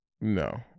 No